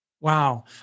Wow